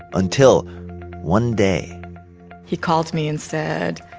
until one day he called me and said,